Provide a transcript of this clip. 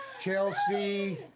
Chelsea